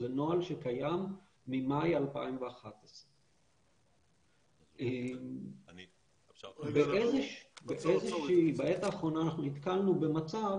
זה נוהל שקיים ממאי 2011. בעת האחרונה אנחנו נתקלנו במצב